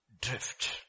drift